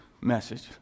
message